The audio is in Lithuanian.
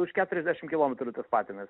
už keturiasdešim kilometrų tas patinas